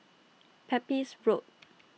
Pepys Road